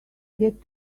get